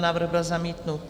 Návrh byl zamítnut.